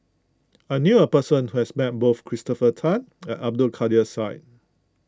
I knew a person who has met both Christopher Tan and Abdul Kadir Syed